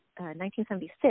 1976